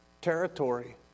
territory